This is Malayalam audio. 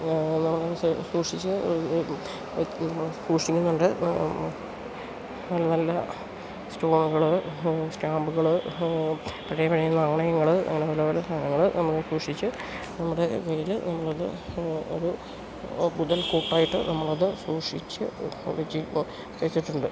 നമ്മള് സൂക്ഷിച്ച് നമ്മള് സൂക്ഷിക്കുന്നുണ്ട് നല്ല നല്ല സ്റ്റോണുകള് സ്റ്റാമ്പുകള് പഴയ പഴയ നാണയങ്ങള് അങ്ങനെ പലപല സാനങ്ങള് നമ്മള് സൂക്ഷിച്ച് നമ്മുടെ കൈയ്യില് നമ്മളത് ഒരു മുതൽ കൂട്ടായിട്ട് നമ്മളത് സൂക്ഷിച്ച് വെച്ചിട്ടുണ്ട്